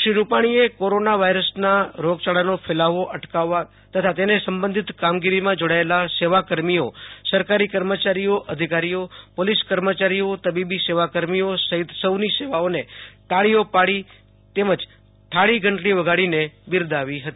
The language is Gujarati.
શ્રી રૂપાણીએ કોરોના વાયરસના રોગયાળાનો ફેલાવો અટકાવવા તથા તેને સંબંધિત કામગીરીમાં જોડાયેલા સેવા કર્મીઓસરકારી કર્મચારીઓ અધિકારીઓ પોલીસ અધિકારીઓતબીબી સેવા કર્મીઓ સહિત સૌની સેવાઓ તાળીઓ પાડી થાળી ઘંટડી વગાડીને બિરદાવી હતી